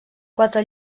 quatre